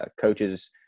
Coaches